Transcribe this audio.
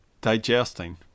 digesting